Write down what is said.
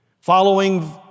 Following